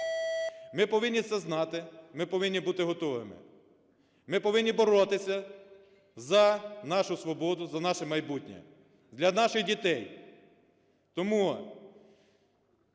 Ми повинні це знати, ми повинні бути готовими. Ми повинні боротися за нашу свободу, за наше майбутнє для наших дітей. Тому